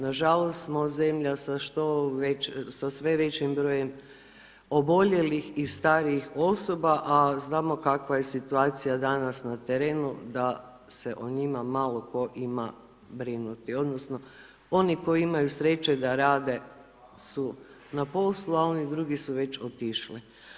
Nažalost smo zemlja sa sve većim brojem oboljelih i starijih osoba, a znamo kakva je situacija danas na terenu, da se o njima malo tko ima brinuti, odnosno, oni koji imaju sreće, da rade su na poslu, a oni drugi su već otišli.